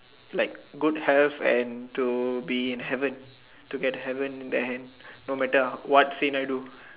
like good health and to be in heaven to get heaven then no matter what sin I do